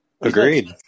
Agreed